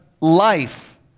life